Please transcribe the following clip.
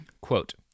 quote